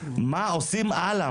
מה עושים הלאה,